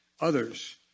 others